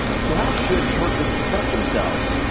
so how should churches protect themselves?